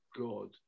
God